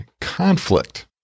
conflict